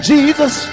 Jesus